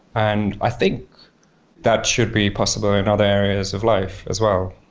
and i think that should be possible in other areas of life as well.